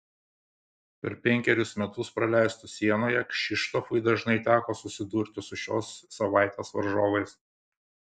per penkerius metus praleistus sienoje kšištofui dažnai teko susidurti su šios savaitės varžovais